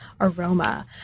aroma